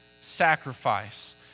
sacrifice